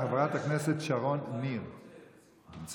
חברת הכנסת שרון ניר נמצאת?